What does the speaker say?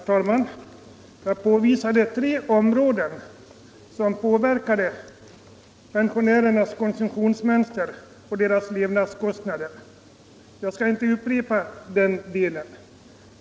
Herr talman! Jag påvisade tre områden som påverkade pensionärernas konsumtionsmönster och deras levnadskostnader. Jag skall inte upprepa den delen av mitt anförande.